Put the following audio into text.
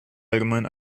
allgemein